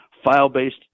file-based